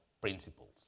principles